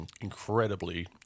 incredibly